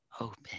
open